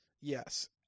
Yes